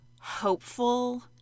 hopeful